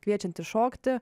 kviečianti šokti